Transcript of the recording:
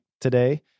today